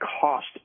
cost